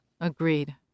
Agreed